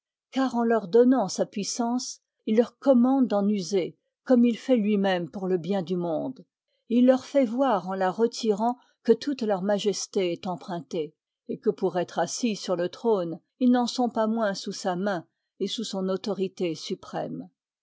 car en leur donnant sa puissance il leur commande d'en user comme il fait lui-même pour le bien du monde et il leur fait voir en la retirant que toute leur majesté est empruntée et que pour être assis sur le trône ils n'en sont pas moins sous sa main et sous son autorité suprême